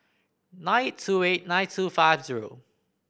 nine two eight nine two five zero